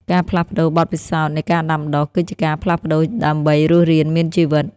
ការផ្លាស់ប្តូរបទពិសោធន៍នៃការដាំដុះ គឺជាការផ្លាស់ប្តូរដើម្បីរស់រានមានជីវិត។